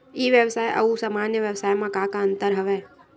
ई व्यवसाय आऊ सामान्य व्यवसाय म का का अंतर हवय?